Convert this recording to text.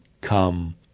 come